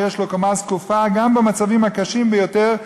ויש לו קומה זקופה גם במצבים הקשים ביותר.